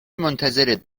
منتظرت